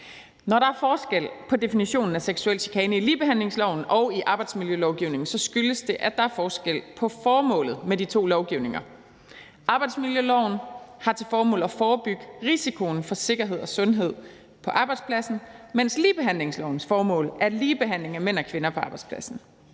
Når der er forskel på definitionen af seksuel chikane i ligebehandlingsloven og i arbejdsmiljølovgivningen, skyldes det, at der er forskel på formålet med de to lovgivninger. Arbejdsmiljøloven har til formål at forebygge risikoen i forhold til sikkerhed og sundhed på arbejdspladsen, mens ligebehandlingslovens formål er at sikre ligebehandling af mænd og kvinder på arbejdspladsen.